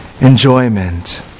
enjoyment